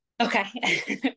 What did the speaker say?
okay